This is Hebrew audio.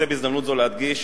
בהזדמנות זו אני רוצה להדגיש